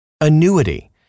Annuity